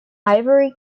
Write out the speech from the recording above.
ivory